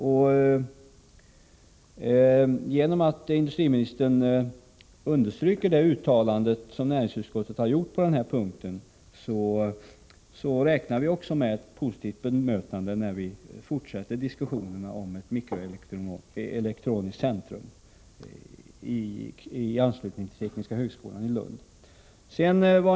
Eftersom industriministern understryker det uttalande som näringsutskottet har gjort på denna punkt, räknar vi med ett positivt bemötande när vi fortsätter diskussionerna om ett mikroelektroniskt centrum i anslutning till tekniska högskolan i Lund.